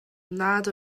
nad